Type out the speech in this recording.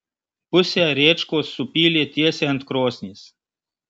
pusę rėčkos supylė tiesiai ant krosnies